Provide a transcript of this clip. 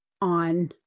on